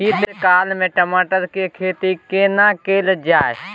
शीत काल में टमाटर के खेती केना कैल जाय?